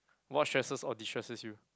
what stresses or destresses you